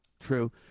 true